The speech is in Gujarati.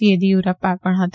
યુદયુરપ્પા પણ હતા